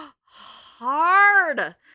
hard